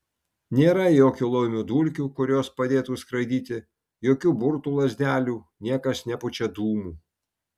nėra jokių laumių dulkių kurios padėtų skraidyti jokių burtų lazdelių niekas nepučia dūmų